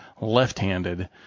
left-handed